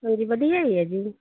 ਹਾਂਜੀ ਵਧੀਆ ਹੀ ਹੈ ਜੀ